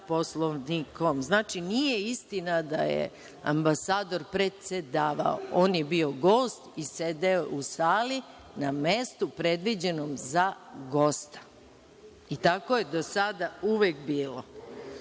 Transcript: Poslovnikom. Znači, nije istina da je ambasador predsedavao. On je bio gost i sedeo je u sali na mestu predviđenom za gosta i tako je do sada uvek bilo.I